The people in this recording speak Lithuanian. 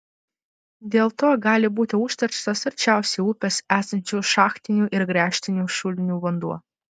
dėl to gali būti užterštas arčiausiai upės esančių šachtinių ir gręžtinių šulinių vanduo